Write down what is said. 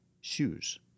shoes